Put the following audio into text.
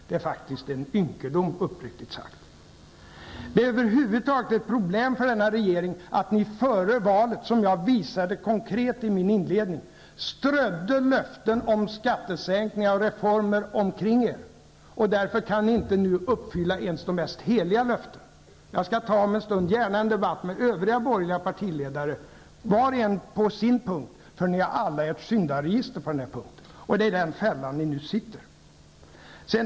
Det är ynkedom, uppriktigt sagt. Det är över huvud taget ett problem för denna regering att den före valet, som jag visade konkret i mitt inledningsanförande, strödde löften om skattesänkningar och reformer omkring sig. Därför kan ni inte nu uppfylla ens de mest heliga löften. Jag skall om en stund gärna ta en debatt med övriga borgerliga partiledare, var och en på sin punkt, för ni har alla ert syndaregister. Det är i den fällan ni nu sitter.